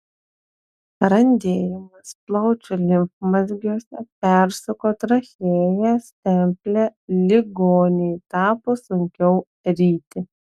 randėjimas plaučių limfmazgiuose persuko trachėją stemplę ligonei tapo sunkiau ryti